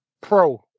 pro